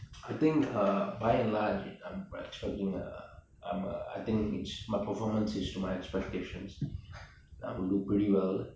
I think err by and large I'm expecting a I I think I'm it's uh my performance is to my expectations I would do pretty well